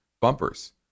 bumpers